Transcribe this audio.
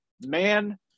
man